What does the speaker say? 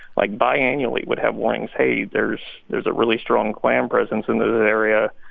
like, bi-annually, would have warnings hey, there's there's a really strong klan presence in this area.